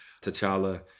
T'Challa